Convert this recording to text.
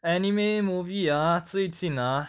anime movie ah 最近 ah